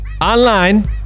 online